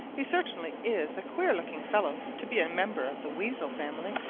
he certainly is a queer-looking fellow to be a member of the weasel family.